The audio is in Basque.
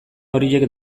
horiek